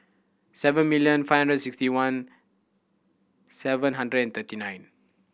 seven million five hundred sixty one seven hundred and thirty nine